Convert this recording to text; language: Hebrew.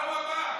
מה הוא אמר?